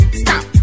stop